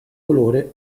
colore